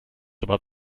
about